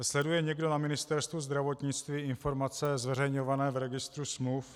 Sleduje někdo na Ministerstvu zdravotnictví informace zveřejňované v registru smluv?